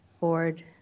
Board